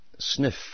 sniff